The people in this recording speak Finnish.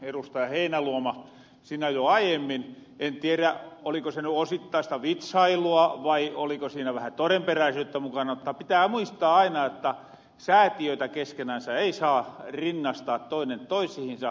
heinäluoma siinä jo aiemmin en tierä oliko se ny osittaista vitsailua vai oliko siinä vähän torenperäisyyttä mukana mutta pitää muistaa aina jotta säätiöitä keskenänsä ei saa rinnastaa toinen toisihinsa